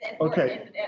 Okay